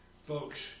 Folks